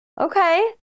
okay